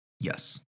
Yes